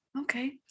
Okay